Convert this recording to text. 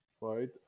right